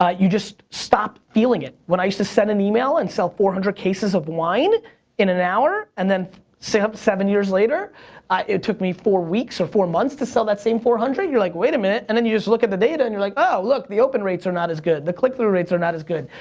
ah you just stop feeling it. when i used to send an email and sell four hundred cases of wine in an hour, and then seven years later it took me four weeks or four months to sell that same four hundred, you're like, wait a minute, and then you just look at the data and you're like, oh, look, the open rates are not as good, the click through rates are not as good,